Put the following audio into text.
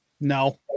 No